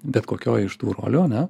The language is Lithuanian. bet kokioj iš tų rolių ane